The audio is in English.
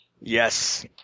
Yes